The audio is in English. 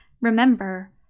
remember